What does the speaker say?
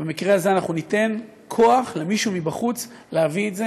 במקרה הזה אנחנו ניתן כוח למישהו מבחוץ להביא את זה.